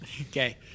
Okay